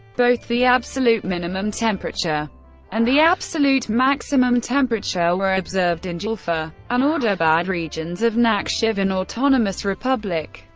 both the absolute minimum temperature and the absolute maximum temperature were observed in julfa and ordubad regions of nakhchivan autonomous republic.